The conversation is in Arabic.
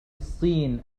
الصين